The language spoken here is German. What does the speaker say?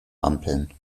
ampeln